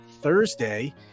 thursday